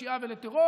לפשיעה ולטרור.